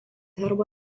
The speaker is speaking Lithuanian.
herbo